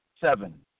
Seven